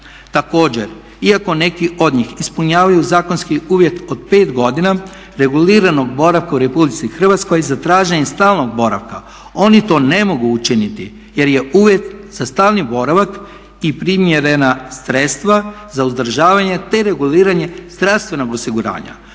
Također, iako neki od njih ispunjavaju zakonski uvjet od 5 godina reguliranog boravka u RH za traženje stalnog boravka oni to ne mogu učiniti jer je uvjet za stalni boravak i primjerena sredstva za uzdržavanje, te reguliranje zdravstvenog osiguranja